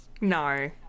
No